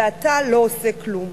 ואתה לא עושה כלום.